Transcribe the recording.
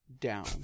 down